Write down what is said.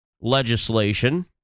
legislation